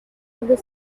the